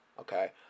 okay